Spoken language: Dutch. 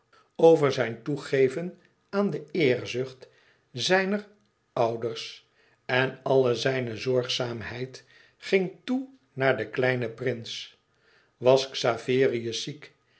over zijn toegeven aan de eerzucht zijner ouders en alle zijne zorgzaamheid ging toe naar den kleinen prins was xaverius ziek